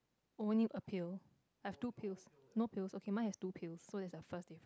only a pill I have two pills no pills okay mine has two pills so there's the first they